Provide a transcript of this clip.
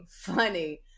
funny